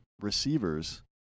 receivers